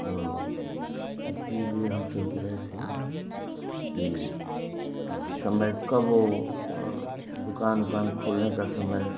तो इसी लिए हम सोच रहे थे कि समय कब हो दुकान उकान खुलने का समय